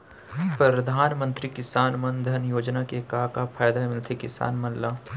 परधानमंतरी किसान मन धन योजना के का का फायदा मिलथे किसान मन ला?